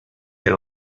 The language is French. elle